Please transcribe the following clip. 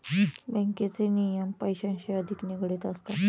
बँकेचे नियम पैशांशी अधिक निगडित असतात